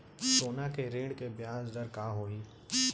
सोना के ऋण के ब्याज दर का होही?